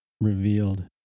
revealed